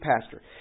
pastor